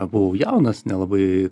buvau jaunas nelabai